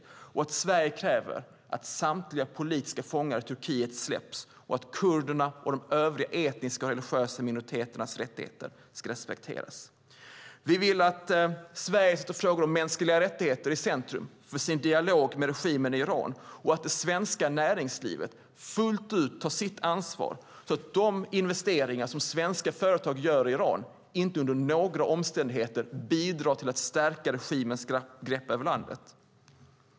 Vi vill att Sverige kräver att samtliga politiska fångar i Turkiet släpps och att kurdernas och de övriga etniska och religiösa minoriteternas rättigheter ska respekteras. Vi vill att Sverige sätter frågor om mänskliga rättigheter i centrum för sin dialog med regimen i Iran och att det svenska näringslivet fullt ut tar sitt ansvar så att de investeringar som svenska företag gör i Iran inte under några omständigheter bidrar till att stärka regimens grepp över landet.